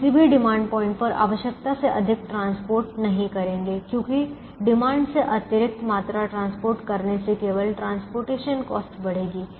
हम किसी भी डिमांड पॉइंट पर आवश्यकता से अधिक परिवहन नहीं करेंगे क्योंकि डिमांड से अतिरिक्त मात्रा परिवहन करने से केवल परिवहन लागत बढ़ेगी